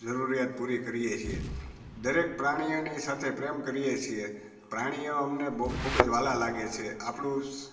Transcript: જરૂરિયાત પૂરી કરીએ છીએ દરેક પ્રાણીઓની સાથે પ્રેમ કરીએ છીએ પ્રાણીઓ અમને બહુ ખૂબ જ વ્હાલા લાગે છે આપણું